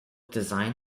designed